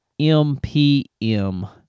MPM